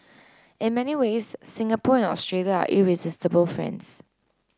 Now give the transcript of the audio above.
in many ways Singapore and Australia are irresistible friends